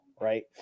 Right